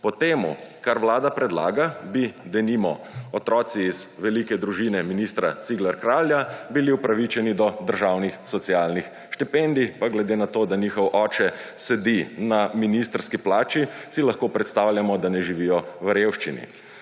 Po tem, kar vlada predlaga, bi bili, denimo, otroci iz velike družine ministra Cigler Kralja upravičeni do državnih socialnih štipendij. Glede na to, da njihov oče sedi na ministrski plači, si lahko predstavljamo, da ne živijo v revščini.